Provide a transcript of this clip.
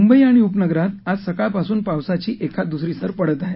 मुंबई आणि उपनगरात आज सकाळ पासून पावसाची एखाद दुसरी सर पडत आहे